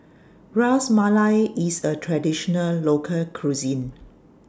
Ras Malai IS A Traditional Local Cuisine